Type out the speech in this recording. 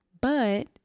but-